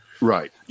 Right